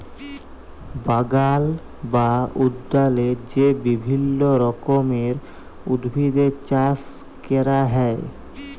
বাগাল বা উদ্যালে যে বিভিল্য রকমের উদ্ভিদের চাস ক্যরা হ্যয়